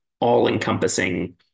all-encompassing